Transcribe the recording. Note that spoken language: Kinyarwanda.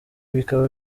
bikaba